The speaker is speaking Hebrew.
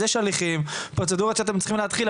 יש הליכים, פרוצדורות שאתם צריכים להתחיל.